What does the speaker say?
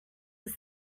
was